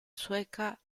sueca